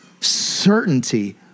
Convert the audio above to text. certainty